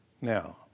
Now